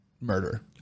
murder